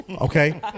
Okay